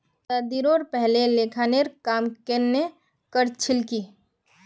आज़ादीरोर पहले लेखांकनेर काम केन न कर छिल की